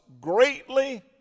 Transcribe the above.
greatly